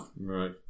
Right